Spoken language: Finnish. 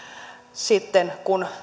sitten kun